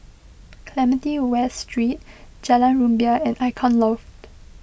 Clementi West Street Jalan Rumbia and Icon Loft